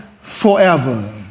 forever